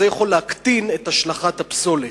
זה יכול להקטין את השלכת הפסולת.